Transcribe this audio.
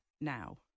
now